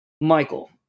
Michael